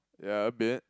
yeah a bit